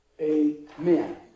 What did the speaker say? Amen